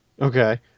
Okay